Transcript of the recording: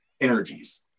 energies